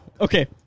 Okay